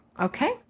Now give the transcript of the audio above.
okay